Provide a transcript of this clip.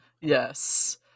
yes